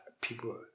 people